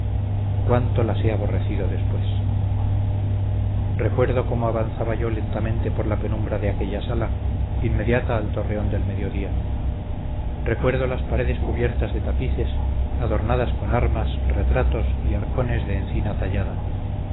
cuánto las he aborrecido después recuerdo cómo avanzaba yo lentamente por la penumbra de aquella sala inmediata al torreón del mediodía recuerdo las paredes cubiertas de tapices adornadas con armas retratos y arcones de encina tallada